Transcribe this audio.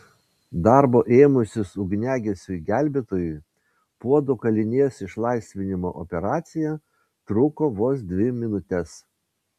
darbo ėmusis ugniagesiui gelbėtojui puodo kalinės išlaisvinimo operacija truko vos dvi minutes